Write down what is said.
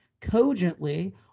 cogently